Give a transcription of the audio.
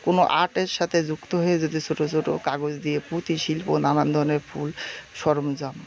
কোনো আর্টের সাথে যুক্ত হয়ে যদি ছোটো ছোটো কাগজ দিয়ে পুঁতি শিল্প নানান ধরনের ফুল সরঞ্জাম